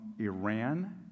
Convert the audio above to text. Iran